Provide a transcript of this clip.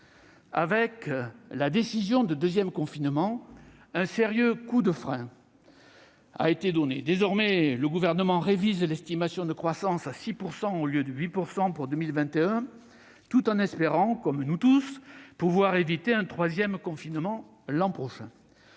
Avec la décision d'un second confinement, un sérieux coup de frein a été donné. Désormais, le Gouvernement révise l'estimation de croissance à 6 % au lieu de 8 % pour 2021, tout en espérant, comme nous tous, pouvoir éviter un troisième confinement l'an prochain.